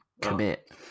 Commit